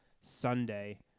Sunday